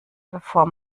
bevor